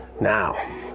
now